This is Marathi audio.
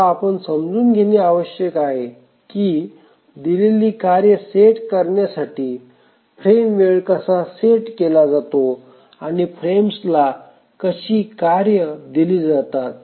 आता आपण समजून घेणे आवश्यक आहे की दिलेली कार्ये सेट करण्यासाठी फ्रेम वेळ कसा सेट केला जातो आणि फ्रेम्सला कशी कार्ये दिली जातात